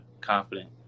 confident